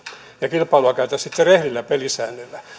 ja kilpailua käytäisiin sitten rehdeillä pelisäännöillä